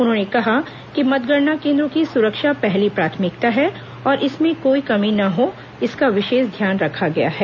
उन्होंने कहा कि मतगणना केन्द्रों की सुरक्षा पहली प्राथमिकता है और इसमें कोई कमी न हो इसका विशेष ध्यान रखा गया है